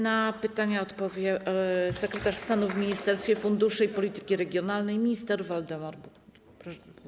Na pytania odpowie sekretarz stanu w Ministerstwie Funduszy i Polityki Regionalnej minister Waldemar Buda.